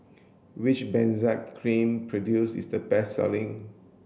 which Benzac cream produce is the best selling